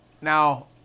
Now